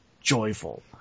joyful